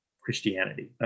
Christianity